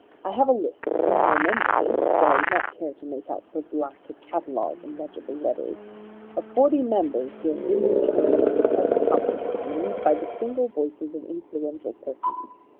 i have a list in my memory, for i would not care to make out so black a catalogue in legible letters of forty members who have been returned to the present house of commons by the single voices of influential persons.